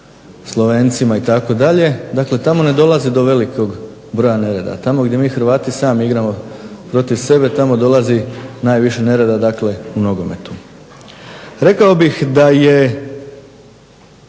Slovencima itd. Dakle, tamo ne dolazi do velikog broja nereda. Tamo gdje mi Hrvati sami igramo protiv sebe tamo dolazi najviše nereda, dakle u nogometu. Rekao bih da su